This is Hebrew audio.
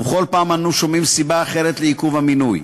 ובכל פעם אנו שומעים סיבה אחרת לעיכוב המינוי.